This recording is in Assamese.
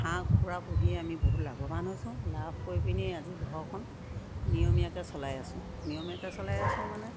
হাঁহ কুকুৰা পুহি আমি বহুত লাভৱান হৈছোঁ লাভ কৰি পিনি আজি ঘৰখন নিয়মীয়াকে চলাই আছোঁ নিয়মীয়াকে চলাই আছোঁ মানে